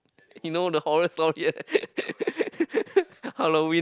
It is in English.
you know the horror story Halloween